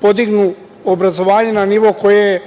podignu obrazovanje na nivo koji